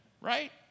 right